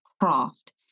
craft